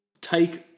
Take